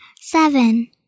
Seven